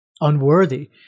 unworthy